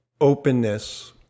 openness